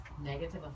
negative